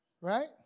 Right